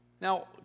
Now